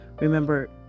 Remember